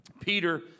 Peter